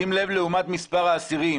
שים לב לעומת מספר האסירים.